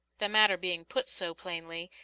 the matter being put so plainly,